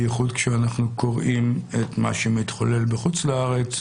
בייחוד כשאנחנו קוראים מה שמתחולל בחוץ לארץ,